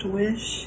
wish